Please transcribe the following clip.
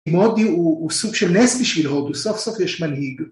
מודי הוא סוג של נס בשביל רודו, סוף סוף יש מנהיג.